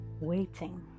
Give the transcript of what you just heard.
waiting